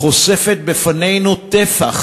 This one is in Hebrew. חושפת בפנינו טפח